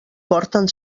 porten